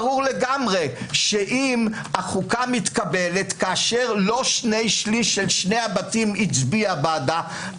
ברור לגמרי שאם החוקה מתקבלת כאשר לא שני שליש משני הבתים הצביע בעדה,